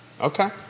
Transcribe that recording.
okay